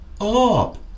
up